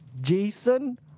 Jason